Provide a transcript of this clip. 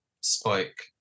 spike